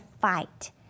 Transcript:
fight